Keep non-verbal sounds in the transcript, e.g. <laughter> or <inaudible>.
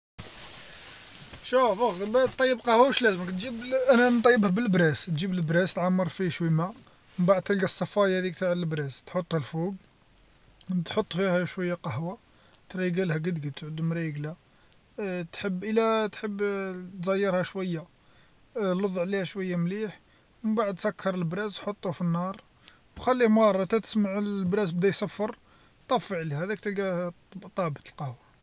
شوف أخزر باه طيب قهوة واش لازمك تجيب <hesitation> نطيبه بالبراس، تجيب البراس تعمر فيه شوية الما من بعد تلقى الصفاية ذيك تاع البراس تحطها الفوق تحط فيها شوية قهوة تريقلها قد قد تعود مريقلة، <hesitation> تحب الى تحب <hesitation> تزيرها شوية لض عليها شوية مليح من بعد سكر البراس حطوه في النار، وخليه مرة تا تسمع البراس بدا يصفر طفي عليها، هذاك تلقاه طابت القهوة.